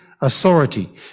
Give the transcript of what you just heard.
authority